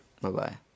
Bye-bye